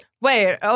Wait